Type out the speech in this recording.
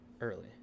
Early